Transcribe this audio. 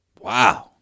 Wow